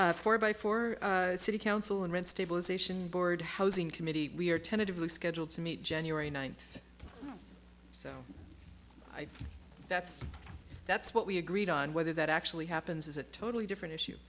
that's four by four city council and rent stabilization board housing committee we are tentatively scheduled to meet january ninth so i think that's that's what we agreed on whether that actually happens is a totally different issue